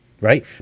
right